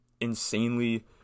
insanely